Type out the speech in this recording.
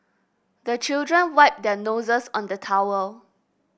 the children wipe their noses on the towel